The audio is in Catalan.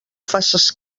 faces